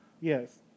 Yes